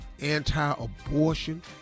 anti-abortion